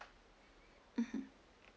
mmhmm